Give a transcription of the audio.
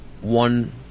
one